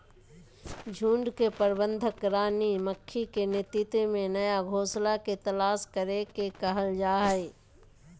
झुंड के प्रबंधन रानी मक्खी के नेतृत्व में नया घोंसला के तलाश करे के कहल जा हई